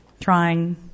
trying